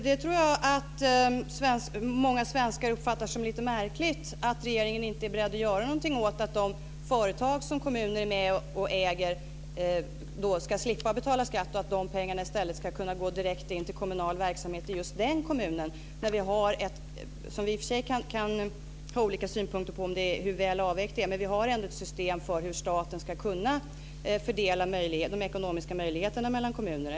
Fru talman! Jag tror att många svenskar uppfattar det som lite märkligt att regeringen inte är beredd att göra någonting åt att de företag som kommuner är med och äger ska slippa betala skatt och att dessa pengar i stället ska kunna gå direkt in i kommunal verksamhet i just den kommunen. Vi har ju ändå ett system för hur staten ska kunna fördela de ekonomiska resurserna mellan kommunerna. Vi kan i och för sig ha olika synpunkter på hur väl avvägt detta system är.